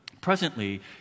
presently